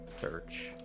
search